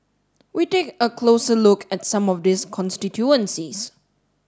we take a closer look at some of these constituencies